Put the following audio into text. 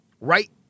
Right